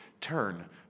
turn